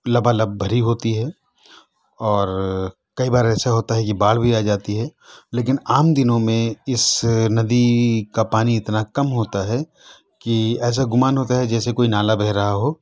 لبا لب بھری ہوتی ہے اور کئی بار ایسا ہوتا ہے کہ باڑھ بھی آ جاتی ہے لیکن عام دنوں میں اس ندی کا پانی اتنا کم ہوتا ہے کہ ایسا گمان ہوتا جیسے کوئی نالا بہہ رہا ہو